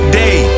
day